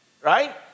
Right